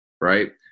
right